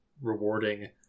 rewarding